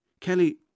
Kelly